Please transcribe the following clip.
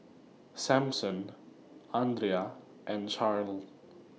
Samson Andria and Charle